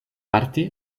parte